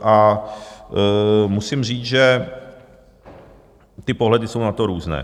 A musím říct, ty pohledy jsou na to různé.